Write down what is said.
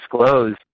disclose